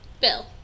Bill